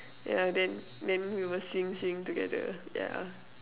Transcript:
yeah then then we will sing sing together yeah